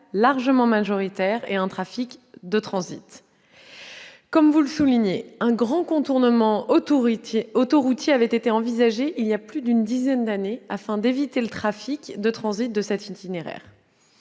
largement majoritaire, et un trafic de transit. Comme vous le soulignez, un grand contournement autoroutier avait été envisagé, voilà plus d'une dizaine d'années, afin d'écarter le trafic de transit de cet itinéraire.